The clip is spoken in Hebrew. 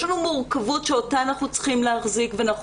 יש לנו מורכבות שאותה אנחנו צריכים להחזיק ואנחנו